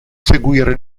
seguire